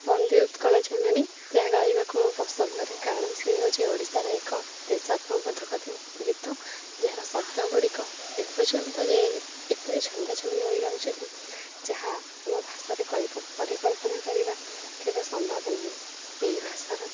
ବନ୍ଦେ ଉତ୍କଳ ଜନନୀ ଯାହା ଗାଇବାକୁ ମୁଁ ପସନ୍ଦ କରେ କାରଣ ସିଏ ହେଉଛି ଓଡ଼ିଶାର ଏକ ଦେଶାତ୍ମବୋଧକ ଗୀତ ଯାହାର ଶବ୍ଦଗୁଡ଼ିକ ଏପର୍ଯ୍ୟନ୍ତ ଯାଏ ଏପରି ଛନ୍ଦାଛନ୍ଦି ହୋଇ ରହିଛନ୍ତି ଯାହା ଆମ ଭାଷାରେ ପରିକଳ୍ପନା କରିବା କେବେ ସମ୍ଭବ ନୁହେଁ ଏହି ଭାଷାର